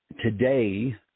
today